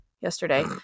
yesterday